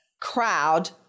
crowd